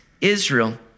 Israel